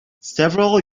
several